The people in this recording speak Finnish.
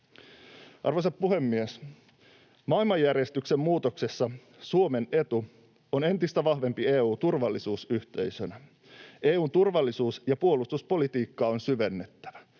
Arvoisa puhemies! Maailmanjärjestyksen muutoksessa Suomen etuna on entistä vahvempi EU turvallisuusyhteisönä. EU:n turvallisuus- ja puolustuspolitiikkaa on syvennettävä.